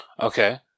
Okay